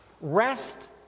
rest